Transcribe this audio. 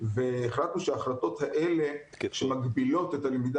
והחלטנו שההחלטות האלה שמגבילות את הלמידה